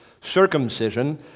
circumcision